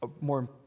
More